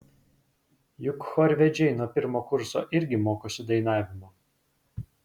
juk chorvedžiai nuo pirmo kurso irgi mokosi dainavimo